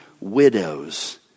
widows